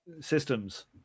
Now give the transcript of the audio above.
systems